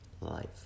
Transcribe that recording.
life